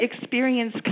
experience